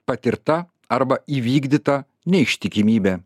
patirta arba įvykdyta neištikimybė